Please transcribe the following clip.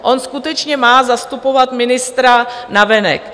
On skutečně má zastupovat ministra navenek.